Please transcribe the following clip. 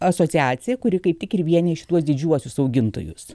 asociacija kuri kaip tik ir vienija šituos didžiuosius augintojus